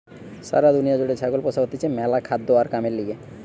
সারা দুনিয়া জুড়ে ছাগল পোষা হতিছে ম্যালা খাদ্য আর কামের লিগে